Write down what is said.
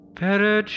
better